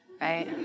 right